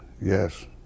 yes